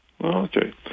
Okay